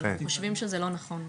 אבל אנחנו חושבים שזה לא נכון באמת.